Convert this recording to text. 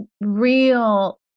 real